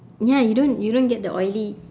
ya you don't you don't get the oily